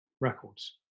records